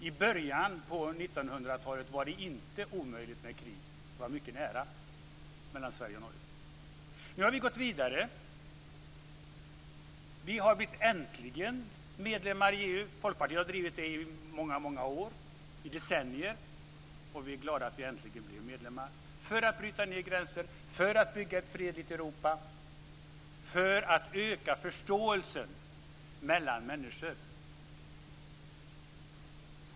I början av 1900-talet var det inte omöjligt med krig mellan Sverige och Norge, det var mycket nära. Nu har vi gått vidare. Vi har äntligen blivit medlemmar i EU. Folkpartiet har drivit det i många år, i decennier. Vi är glada att vi äntligen blivit medlemmar - för att bryta ned gränser, för att bygga ett fredligt Europa, för att öka förståelsen mellan människor.